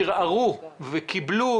9,000 ערערו ושוחררו.